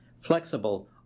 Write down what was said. flexible